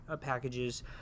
packages